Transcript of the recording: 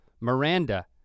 Miranda